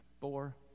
four